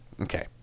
Okay